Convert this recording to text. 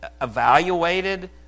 evaluated